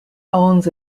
owns